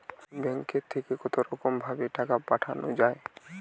ব্যাঙ্কের থেকে কতরকম ভাবে টাকা পাঠানো য়ায়?